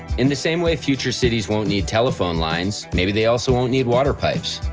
in the same way future cities won't need telephone lines, maybe they also won't need water pipes.